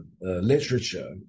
literature